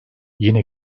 yine